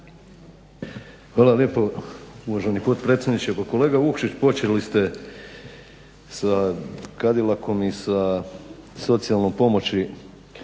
Hvala lijepo uvaženi potpredsjedniče. Pa kolega Vukšić, počeli ste sa kadilakom i sa socijalnom pomoći